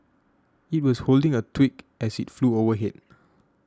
it was holding a twig as it flew overhead